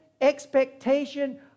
expectation